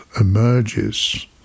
emerges